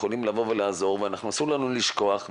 יכולים לבוא ולעזור ואסור לנו לשכוח,